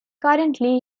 currently